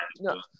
no